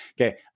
okay